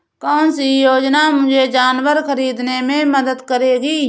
कौन सी योजना मुझे जानवर ख़रीदने में मदद करेगी?